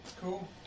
Cool